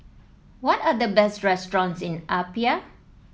what are the best restaurants in Apia